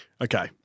Okay